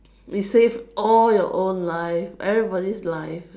it saved all your own life everybody's life